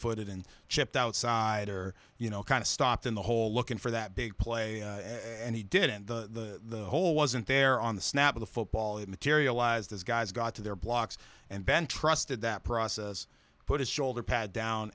footed and chipped outside or you know kind of stopped in the hole looking for that big play and he didn't the whole wasn't there on the snap of the football it materialized as guys got to their blocks and then trusted that process put his shoulder pad down